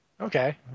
Okay